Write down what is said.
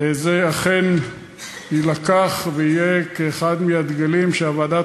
זה אכן יילקח ויהיה אחד הדגלים שהוועדה